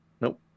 Nope